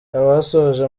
abasoje